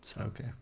Okay